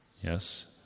yes